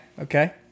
Okay